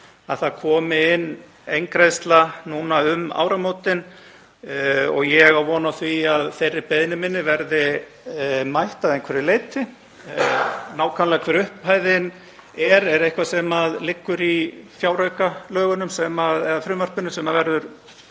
að það komi inn eingreiðsla um áramótin. Ég á von á því að þeirri beiðni minni verði mætt að einhverju leyti. Nákvæmlega hver upphæðin er er eitthvað sem liggur í fjáraukalögunum eða frumvarpinu sem verður